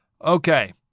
Okay